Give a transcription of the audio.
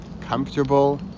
Comfortable